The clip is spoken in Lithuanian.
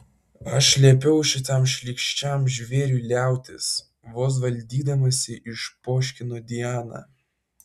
aš liepiau šitam šlykščiam žvėriui liautis vos valdydamasi išpoškino diana